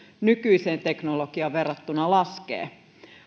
nykyiseen teknologiaan verrattuna laskee